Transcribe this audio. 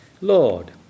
Lord